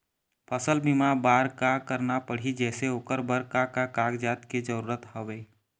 फसल बीमा बार का करना पड़ही जैसे ओकर बर का का कागजात के जरूरत हवे?